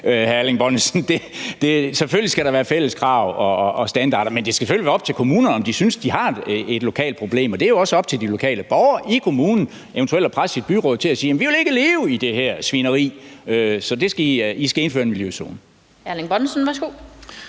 Selvfølgelig skal der være fælles krav og standarder. Men det skal være op til kommunerne, om de synes, de har et lokalt problem, og så er det jo også op til de lokale borgere i kommunen eventuelt at presse deres byråd til at sige: Jamen vi vil ikke leve i det her svineri, så I skal indføre en miljøzone.